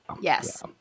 Yes